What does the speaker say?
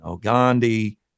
Gandhi